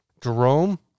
Jerome